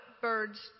birds